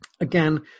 again